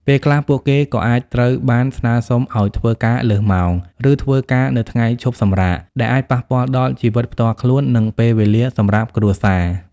ពេលខ្លះពួកគេក៏អាចត្រូវបានស្នើសុំឲ្យធ្វើការលើសម៉ោង ឬធ្វើការនៅថ្ងៃឈប់សម្រាក ដែលអាចប៉ះពាល់ដល់ជីវិតផ្ទាល់ខ្លួន និងពេលវេលាសម្រាប់គ្រួសារ។